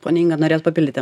ponia inga norės papildyti